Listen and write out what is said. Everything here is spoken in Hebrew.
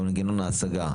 במנגנון ההשגה,